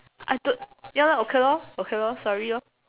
I don't ya lah okay lor okay lor sorry lor